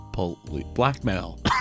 Blackmail